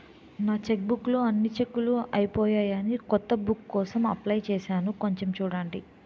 నా చెక్బుక్ లో అన్ని చెక్కులూ అయిపోయాయని కొత్త బుక్ కోసం అప్లై చేసాను కొంచెం చూడండి